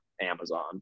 Amazon